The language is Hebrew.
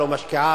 לא משקיעה,